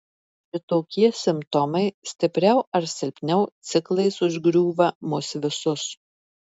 šitokie simptomai stipriau ar silpniau ciklais užgriūva mus visus